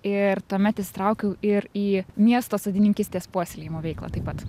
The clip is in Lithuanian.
ir tuomet įsitraukiau ir į miesto sodininkystės puoselėjimo veiklą taip pat